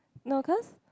no cause